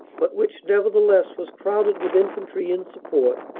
but which nevertheless was crowded with infantry in support,